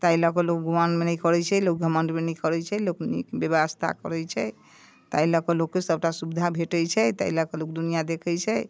ताहि लऽ कऽ लोक गुमानमे नहि करै छै लोक घमण्डमे नहि करै छै लोक बेबस्था करै छै ताहि लऽ कऽ लोकके सबटा सुविधा भेटै छै ताहि लऽ कऽ लोक दुनिआ देखै छै